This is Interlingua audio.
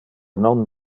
non